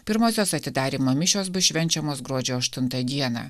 pirmosios atidarymo mišios bus švenčiamos gruodžio aštuntą dieną